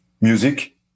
Music